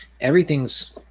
everything's